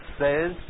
says